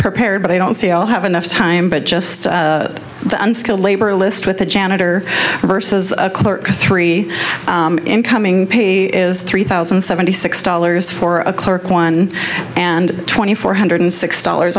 prepared but i don't say all have enough time but just the unskilled labor list with a janitor versus a clerk three incoming pay is three thousand and seventy six dollars for a clerk one and twenty four hundred six dollars